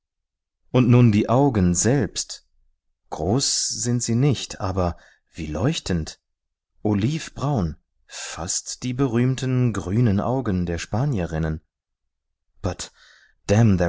und nun die augen selbst groß sind sie nicht aber wie leuchtend olivbraun fast die berühmten grünen augen der spanierinnen